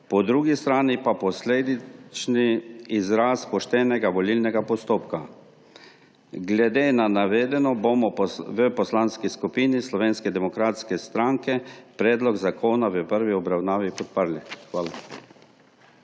po drugi strani pa posledični izraz poštenega volilnega postopka. Glede na navedeno bomo v Poslanski skupini Slovenske demokratske stranke predlog zakona v prvi obravnavi podprli. Hvala.